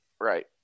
right